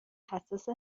حساس